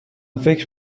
فکر